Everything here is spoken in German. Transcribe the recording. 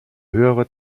höhere